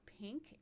Pink